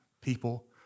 people